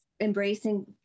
Embracing